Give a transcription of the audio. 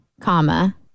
comma